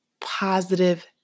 positive